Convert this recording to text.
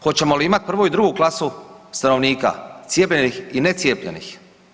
Hoćemo li imat prvu i drugi klasu stanovnika, cijepljenih i necijepljenih?